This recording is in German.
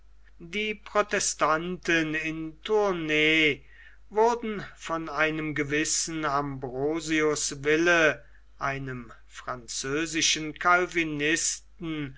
die protestanten in tournay wurden von einem gewissen ambrosius ville einem französischen calvinisten